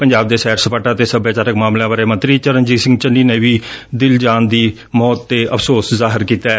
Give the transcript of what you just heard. ਪੰਜਾਬ ਦੇ ਸੈਰ ਸਪਾਟਾ ਅਤੇ ਸਭਿਆਚਾਰਕ ਮਾਮਲਿਆਂ ਬਾਰੇ ਮੰਤਰੀ ਚਰਨਜੀਤ ਸਿੰਘ ਚੰਨੀ ਨੇ ਵੀ ਦਿਲਜਾਨ ਦੀ ਮੌਤ ਤੇ ਅਫ਼ਸੋਸ ਜ਼ਾਹਿਰ ਕੀਤੈ